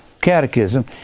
catechism